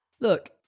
Look